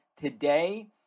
today